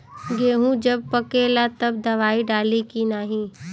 गेहूँ जब पकेला तब दवाई डाली की नाही?